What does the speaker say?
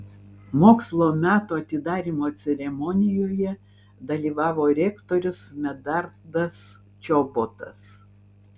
mokslo metų atidarymo ceremonijoje dalyvavo rektorius medardas čobotas